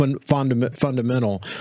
fundamental